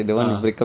(uh huh)